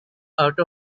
out